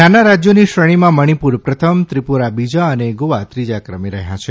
નાનાં રાજ્યોની શ્રેણીમાં મણિપુર પ્રથમ ત્રિપુરા બીજા અને ગોવા ત્રીજા ક્રમે રહ્યા છે